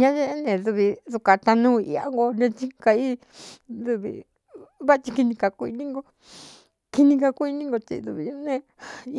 Ná ñeé ne dɨvi dukātaꞌanúu iꞌa no ne tsi kaí dɨvi vati kini kakuní no kini kakuiní no tsi duvī ñne